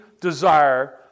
desire